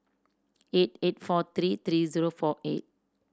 eight eight four three three zero four eight